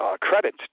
credit